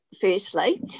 firstly